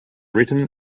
written